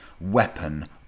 weapon